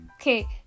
okay